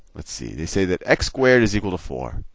let's see, they say that x squared is equal to four.